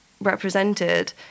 represented